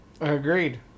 Agreed